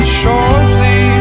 shortly